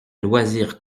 loisir